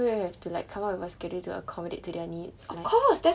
so you have to like come up with a schedule to accommodate to their needs like